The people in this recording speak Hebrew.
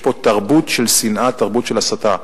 יש פה תרבות של שנאה, תרבות של הסתה.